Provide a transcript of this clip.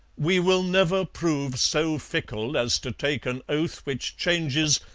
we will never prove so fickle as to take an oath which changes,